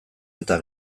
eta